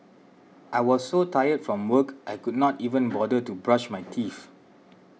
I was so tired from work I could not even bother to brush my teeth